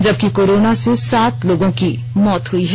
जबकि कोरोना से सात लोगों की मौत हुई है